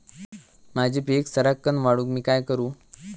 माझी पीक सराक्कन वाढूक मी काय करू?